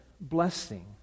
blessing